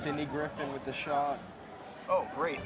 sidney griffin with the shot oh great